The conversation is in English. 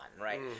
right